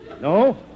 No